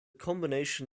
combination